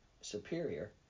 superior